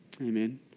Amen